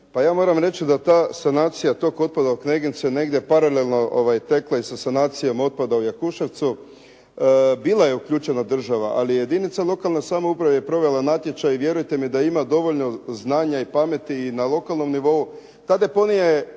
Pa ja moram reći da ta sanacija tog otpada u Knegincu je negdje paralelno tekla i sa sanacijom otpada u Jakuševcu. Bila je uključena država ali jedinica lokalne samouprave je provela natječaj i vjerujte mi da ima dovoljno znanja i pameti i na lokalnom nivou. Ta deponija je